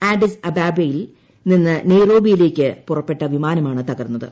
ആഡിസ് അബാബയിൽ നിന്ന് നെയ്റോബിയിലേക്ക് പുറപ്പെട്ട വിമാനമാണ് തകർന്നത്